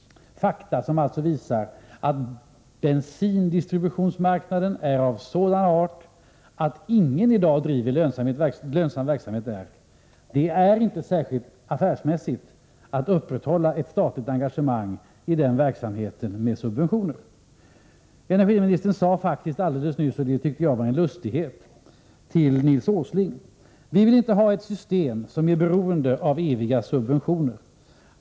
Dessa fakta visar att bensindistributionsmarknaden är av sådan art att ingen i dag bedriver lönsam verksamhet där. Det är inte särskilt affärsmässigt att upprätthålla ett statligt engagemang iden verksamheten med subventioner. Energiministern sade faktiskt alldeles nyss — det tyckte jag var en lustighet - till Nils Åsling: Vi vill inte ha ett system som är beroende av eviga subventioner.